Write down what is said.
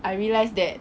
I realise that